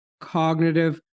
cognitive